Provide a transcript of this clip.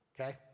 Okay